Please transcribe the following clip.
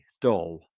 dull